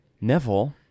Neville